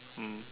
mm